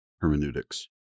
hermeneutics